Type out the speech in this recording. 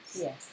Yes